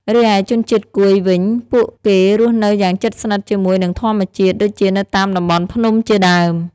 រីឯជនជាតិកួយវិញ ពួកគេរស់នៅយ៉ាងជិតស្និទ្ធជាមួយនឹងធម្មជាតិ ដូចជានៅតាមតំបន់ភ្នំជាដើម។